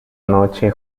noche